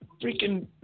freaking